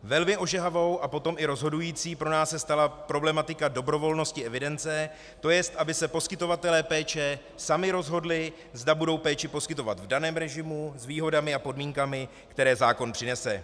Velmi ožehavou a potom i rozhodující pro nás se stala problematika dobrovolnosti evidence, to jest, aby se poskytovatelé péče sami rozhodli, zda budou péči poskytovat v daném režimu, s výhodami a podmínkami, které zákon přinese.